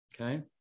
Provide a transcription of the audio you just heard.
okay